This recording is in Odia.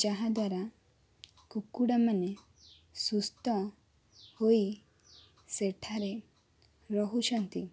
ଯାହାଦ୍ୱାରା କୁକୁଡ଼ାମାନେ ସୁସ୍ଥ ହୋଇ ସେଠାରେ ରହୁଛନ୍ତି